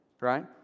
right